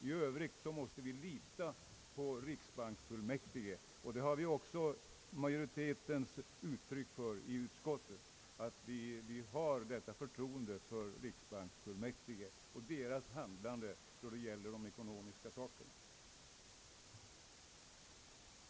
I övrigt måste vi lita på riksbanksfullmäktige. Utskottsmajoriteten har också givit uttryck för detta förtroende för riksbanksfullmäktige och deras handlande då det gäller de ekonomiska tingen.